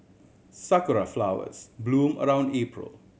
sakura flowers bloom around April